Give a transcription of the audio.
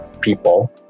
people